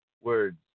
words